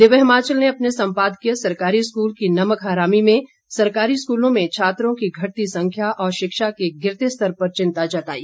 दिव्य हिमाचल ने अपने संपादकीय सरकारी स्कूल की नमक हरामी में सरकारी स्कूलों में छात्रों की घटती संख्या और शिक्षा के गिरते स्तर पर चिंता जताई है